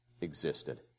existed